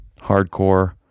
Hardcore